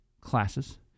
classes